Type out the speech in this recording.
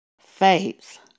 faith